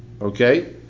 okay